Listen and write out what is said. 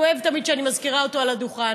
הוא אוהב תמיד שאני מזכיר אותו על הדוכן,